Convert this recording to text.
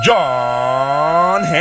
John